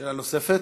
שאלה נוספת,